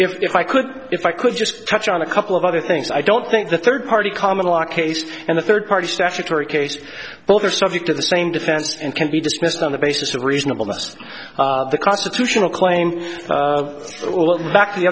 release if i could if i could just touch on a couple of other things i don't think the third party common law case and the third party statutory case both are subject to the same defense and can be dismissed on the basis of reasonableness the constitutional claim back the othe